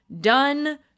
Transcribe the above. done